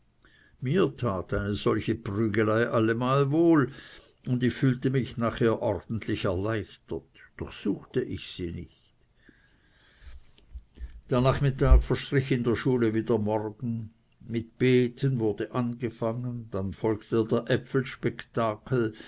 tat eine solche prügelei allemal wohl und ich fühlte mich nachher ordentlich erleichtert doch suchte ich sie nicht der nachmittag verstrich in der schule wie der morgen mit beten wurde angefangen dann folgte der